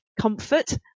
comfort